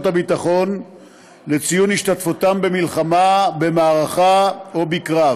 הביטחון לציון השתתפותם במלחמה במערכה או בקרב.